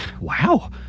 wow